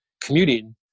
commuting